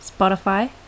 Spotify